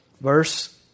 verse